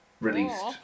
released